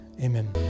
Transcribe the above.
amen